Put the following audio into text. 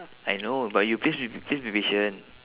I know but you please be please be patient